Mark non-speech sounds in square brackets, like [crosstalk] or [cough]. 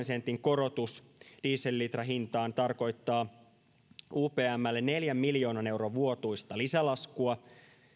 [unintelligible] sentin korotus dieselin litrahintaan tarkoittaa upmlle neljän miljoonan euron vuotuista lisälaskua